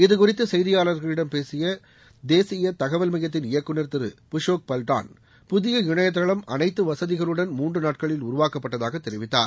இது குறித்து செய்தியாளர்களிடம் பேசிய தேசிய தகவல் மையத்தின் இயக்குநர் திரு புஷோக் பல்டான் புதிய இணையதளம் அனைத்து வசதிகளுடன் மூன்று நாட்களில் உருவாக்கப்பட்டதாக தெரிவித்தார்